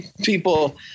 people